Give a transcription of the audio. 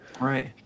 Right